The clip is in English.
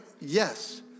yes